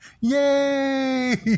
Yay